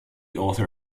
author